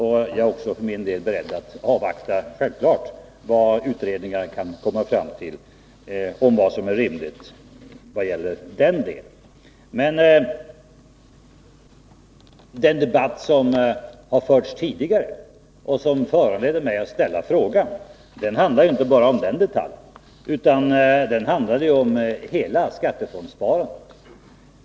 Självfallet är jag också beredd att avvakta vad utredningar kan komma fram till beträffande vad som är rimligt i det avseendet. Den debatt som har förts tidigare och som föranledde mig att ställa frågan handlade emellertid inte bara om den detaljen. Den handlade ju om hela skattefondssparandet.